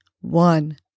One